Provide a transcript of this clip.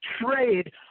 trade